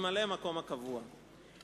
ממלא-המקום הקבוע.